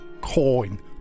coin